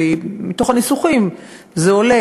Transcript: ומתוך הניסוחים זה עולה,